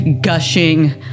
gushing